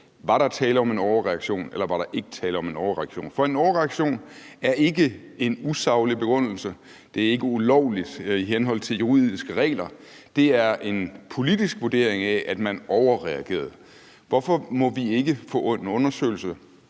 der var tale om en overreaktion, eller der ikke var tale om en overreaktion. For en overreaktion er ikke en usaglig begrundelse; det er ikke ulovligt i henhold til juridiske regler; det er en politisk vurdering af, om man overreagerede. Hvorfor må vi ikke få en undersøgelse,